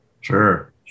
Sure